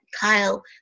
Kyle